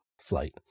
flight